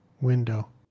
window